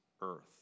earth